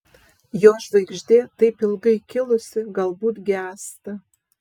jo žvaigždė taip ilgai kilusi galbūt gęsta